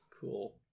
Cool